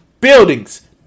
buildings